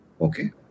okay